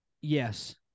Yes